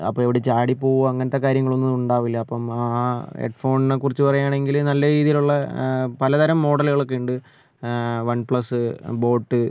അപ്പം എവിടെ ചാടി പോവുവോ അങ്ങനത്തെ കാര്യങ്ങളൊന്നും ഉണ്ടാവില്ല അപ്പം ആ ഹെഡ്ഫോണിനെ കുറിച്ച് പറയുവാണെങ്കിൽ നല്ല രീതിയിലുള്ള പലതരം മോഡലുകൾ ഒക്കെ ഉണ്ട് വൺ പ്ലസ്സ് ബോട്ട്